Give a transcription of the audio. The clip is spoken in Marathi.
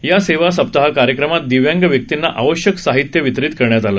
या सेवासप्ताह कार्यक्रमात दिव्यांग व्यक्तींना आवश्यक साहित्य वितरित करण्यात आलं